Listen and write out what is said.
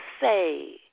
say